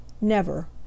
Never